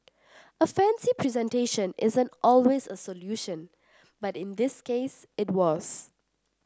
a fancy presentation isn't always a solution but in this case it was